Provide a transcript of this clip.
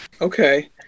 Okay